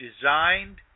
designed